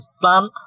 plan